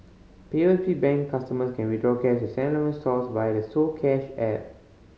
P O B Bank customers can withdraw cash Seven Eleven stores via the soCash app